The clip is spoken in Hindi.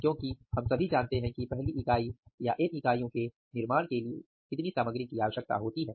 क्योंकि हम सभी जानते हैं कि पहली इकाई या एन इकाईयों के निर्माण के लिए कितनी सामग्री की आवश्यकता होती है